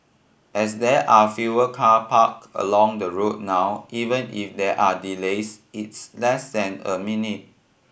as there are fewer car park along the road now even if there are delays it's less than a minute